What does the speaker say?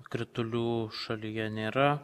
kritulių šalyje nėra